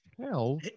hell